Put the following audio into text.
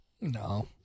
No